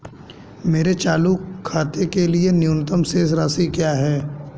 मेरे चालू खाते के लिए न्यूनतम शेष राशि क्या है?